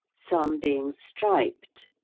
some being striped,